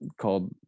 called